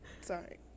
Sorry